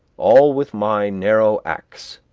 all with my narrow axe,